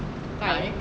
khai